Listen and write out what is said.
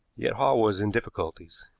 yet hall was in difficulties.